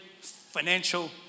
financial